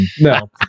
no